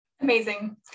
Amazing